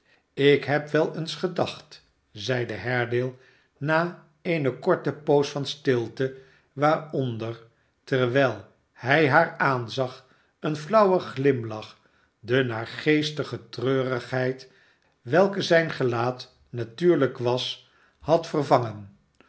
ik heb wel eens gedacht zeide haredale na eene korte poos van stilte waaronder terwijl hij haar aanzag een fiauwe glimlach de naargeestige treurigheid welke zijn gelaat natuurlijk was had vervangen